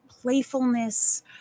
playfulness